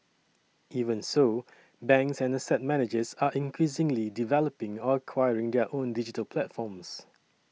even so banks and asset managers are increasingly developing or acquiring their own digital platforms